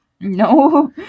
no